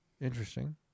interesting